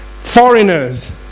foreigners